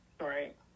Right